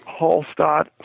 Hallstatt